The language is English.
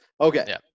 Okay